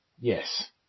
yes